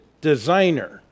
designer